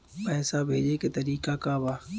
पैसा भेजे के तरीका का बा?